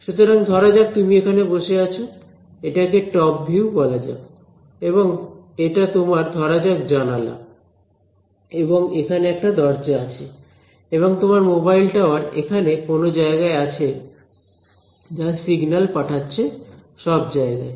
সুতরাং ধরা যাক তুমি এখানে বসে আছ এটাকে টপ ভিউ বলা যাক এবং এটা তোমার ধরা যাক জানালা এবং এখানে একটা দরজা আছে এবং তোমার মোবাইল টাওয়ার এখানে কোন জায়গায় আছে যা সিগনাল পাঠাচ্ছে সব জায়গায়